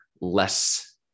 less